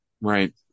Right